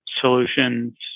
solutions